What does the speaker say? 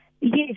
yes